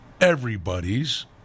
everybody's